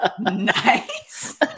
Nice